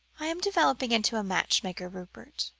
i am developing into a matchmaker, rupert,